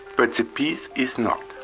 but the peace is not.